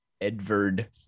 Edvard